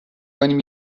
کنیم